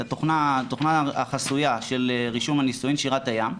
התוכנה החסויה של רישום הנישואין שירת הים,